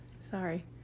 sorry